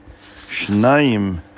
Shnaim